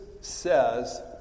says